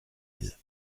elle